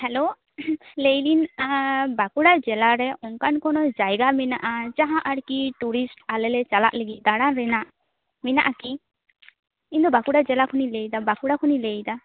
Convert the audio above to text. hello ᱞᱟᱹᱭᱫᱤᱧ ᱟᱸ ᱵᱟᱸᱠᱩᱲᱟ ᱡᱮᱞᱟᱨᱮ ᱚᱱᱠᱟᱱ ᱠᱳᱱᱳ ᱡᱟᱭᱜᱟ ᱢᱮᱱᱟᱜᱼᱟ ᱡᱟᱸᱦᱟ ᱟᱨᱠᱤ ᱴᱩᱨᱤᱥᱴ ᱟᱞᱮ ᱪᱟᱞᱟᱜ ᱞᱟᱹᱜᱤᱫ ᱫᱟᱬᱟᱱ ᱨᱮᱱᱟᱜ ᱢᱮᱱᱟᱜ ᱠᱤ ᱤᱧᱫᱚ ᱵᱟᱸᱠᱩᱲᱟ ᱡᱮᱞᱟ ᱠᱷᱚᱱᱤᱧ ᱞᱟᱹᱭᱮᱫᱟ ᱵᱟᱸᱠᱩᱲᱟ ᱠᱷᱚᱱᱤᱧ ᱞᱟᱹᱭᱮᱫᱟ